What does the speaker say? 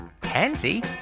Pansy